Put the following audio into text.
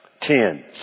ten